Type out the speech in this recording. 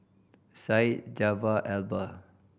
Syed Jaafar Albar